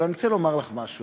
אבל אני רוצה לומר לך משהו.